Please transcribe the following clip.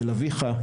של אביך,